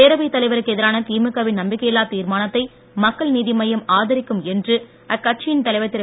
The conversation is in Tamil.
பேரவைத் தலைவருக்கு எதிரான திமுக வின் நம்பிக்கையில்லா தீர்மானத்தை மக்கள் நீதி மய்யம் ஆதரிக்கும் என்று அக்கட்சியின் தலைவர் திரு